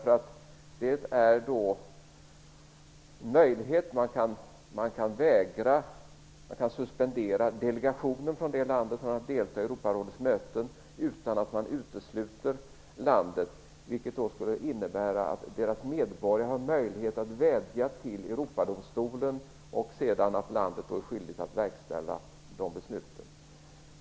Det är en möjlighet att man kan suspendera delegationen från ett land från att delta i Europarådets möten utan att man utesluter det. Det skulle innebära att landets medborgare har möjlighet att vädja till Europadomstolen, och att landet sedan är skyldigt att verkställa besluten.